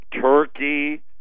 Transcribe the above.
Turkey